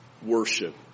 Worship